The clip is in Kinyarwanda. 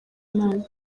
imana